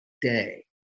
day